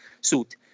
suit